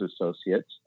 associates